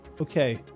Okay